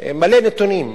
מלא נתונים,